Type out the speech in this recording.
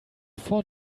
four